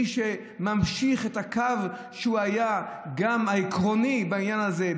מי שממשיך את הקו שהיה גם העקרוני בעניין הזה,